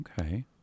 Okay